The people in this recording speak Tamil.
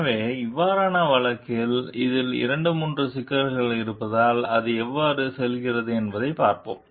எனவே இவ்வாறான வழக்கில் அதில் 2 3 சிக்கல்கள் இருப்பதால் அது எவ்வாறு செல்கிறது என்பதைப் பார்ப்போம்